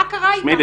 מה קרה איתם?